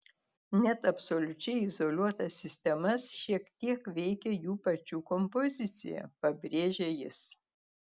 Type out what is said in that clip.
net absoliučiai izoliuotas sistemas šiek tiek veikia jų pačių kompozicija pabrėžia jis